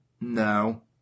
No